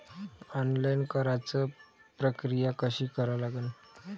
Online कराच प्रक्रिया कशी करा लागन?